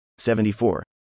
74